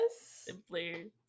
simply